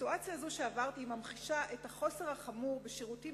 הסיטואציה הזאת שעברתי ממחישה את החוסר החמור בשירותים